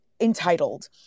entitled